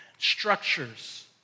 structures